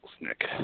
Nick